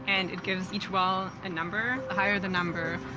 and it gives each well a number. the higher the number,